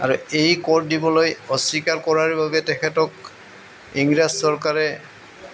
আৰু এই কৰ দিবলৈ অস্বীকাৰ কৰাৰ বাবে তেখেতক ইংৰাজ চৰকাৰে